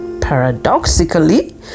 paradoxically